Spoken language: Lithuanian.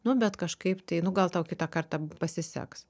nu bet kažkaip tai nu gal tau kitą kartą pasiseks